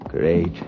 Great